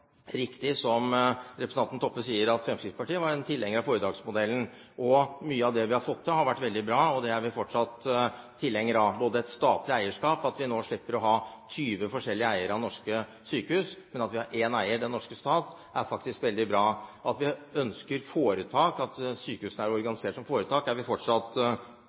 riktig, som representanten Toppe sier, at Fremskrittspartiet var en tilhenger av foretaksmodellen. Mye av det vi har fått til, har vært veldig bra, og vi er fortsatt tilhenger av et statlig eierskap – at vi nå slipper å ha 20 forskjellige eiere av norske sykehus, men har én eier, den norske stat, er veldig bra. At vi ønsker at sykehusene er organisert som foretak, er vi fortsatt